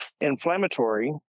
inflammatory